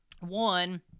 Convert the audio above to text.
One